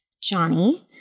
Johnny